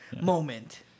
moment